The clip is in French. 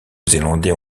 zélandais